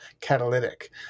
catalytic